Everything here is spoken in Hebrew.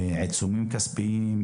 עיצומים כספיים,